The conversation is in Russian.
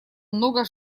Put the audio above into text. много